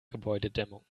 gebäudedämmung